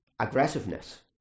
Aggressiveness